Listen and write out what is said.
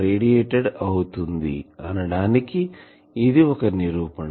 radiated అవుతుంది అనటానికి ఇది ఒక నిరూపణ